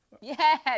Yes